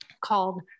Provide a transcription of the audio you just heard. called